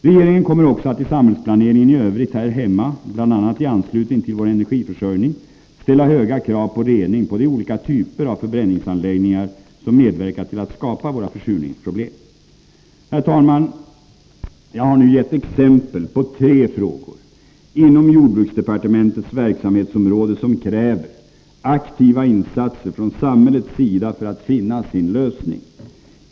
Regeringen kommer också att i samhällsplaneringen i övrigt här hemma, bl.a. i anslutning till vår energiförsörjning, ställa höga krav på rening på de olika typer av förbränningsanläggningar som medverkar till att skapa våra försurningsproblem. Herr talman! Jag har nu gett exempel på tre frågor inom jordbruksdepartementets verksamhetsområde som kräver aktiva insatser från samhällets sida för att finna sin lösning.